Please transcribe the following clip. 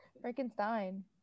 Frankenstein